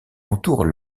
entourent